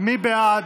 מי בעד?